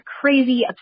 crazy